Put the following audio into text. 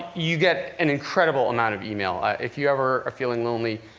you get an incredible amount of email. if you ever are feeling lonely,